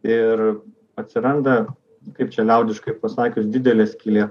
ir atsiranda kaip čia liaudiškai pasakius didelė skylė